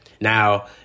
Now